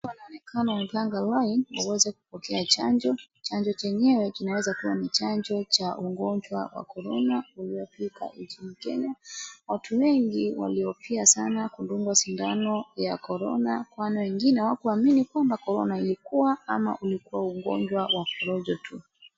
watu wanaonekana wamepanga laini ili waweze kupokea chanjo , chanjo yenyewe inaweza kuwa chanjo cha ugonjwa wa korona uliofika nchini kenya , watu wengi walihofia sana kudungwa sindano ya korona kwani wengine hawakuamini kama korona ilikuwa ama ilikuwa ugonjwa wa porojo tu